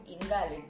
invalid